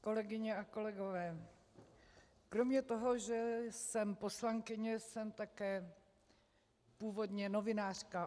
Kolegyně a kolegové, kromě toho, že jsem poslankyně, jsem také původně novinářka.